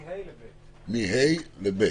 מ-ה' ל-ב'.